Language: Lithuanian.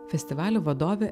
festivalio vadovė